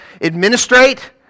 administrate